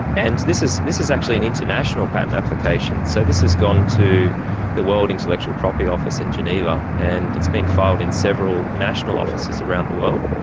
and this is this is actually an international patent application, so this has gone to the world intellectual property office in geneva, and it's been filed in several national offices around the world,